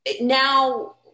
now